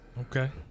Okay